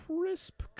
crisp